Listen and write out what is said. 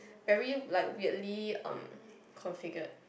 very like weirdly um configured